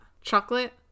chocolate